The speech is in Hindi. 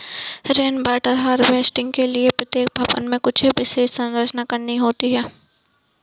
रेन वाटर हार्वेस्टिंग के लिए प्रत्येक भवन में कुछ विशेष संरचना करनी होती है